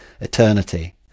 eternity